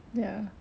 ya